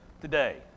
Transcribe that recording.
today